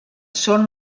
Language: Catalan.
són